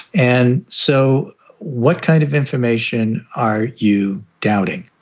and so what kind of information are you doubting?